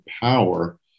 power